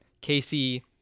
Casey